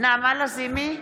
נעמה לזימי,